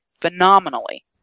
phenomenally